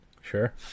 Sure